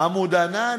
"עמוד ענן",